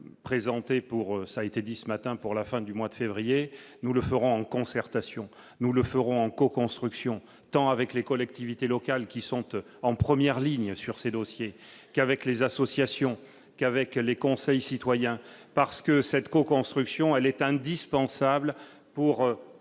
matin pour la fin du mois de février, nous le ferons en concertation, nous le ferons en co-construction tant avec les collectivités locales, qui sont eux en première ligne sur ces dossiers, qu'avec les associations, qu'avec les conseils citoyens parce que cette co-construction, elle est indispensable pour